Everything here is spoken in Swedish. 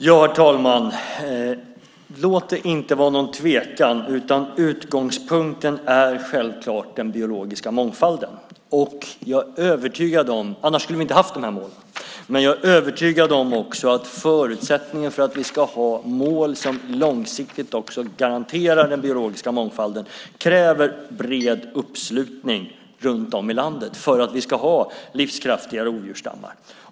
Herr talman! Låt det inte råda någon tvekan: Utgångspunkten är självklart den biologiska mångfalden, annars skulle vi inte haft dessa mål. Jag är övertygad om att förutsättningen för att vi ska ha mål som långsiktigt garanterar den biologiska mångfalden kräver bred uppslutning runt om i landet, alltså för att vi ska kunna ha livskraftiga rovdjursstammar.